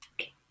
Okay